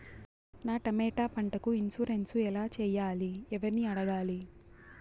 నా టమోటా పంటకు ఇన్సూరెన్సు ఎలా చెయ్యాలి? ఎవర్ని అడగాలి?